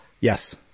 Yes